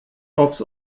aufs